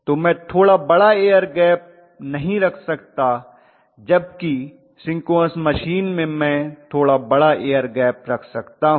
तो मैं थोड़ा बड़ा एयर गैप नहीं रख सकता जबकि सिंक्रोनस मशीन में मैं थोड़ा बड़ा एयर गैप रख सकता हूं